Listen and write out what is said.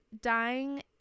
dying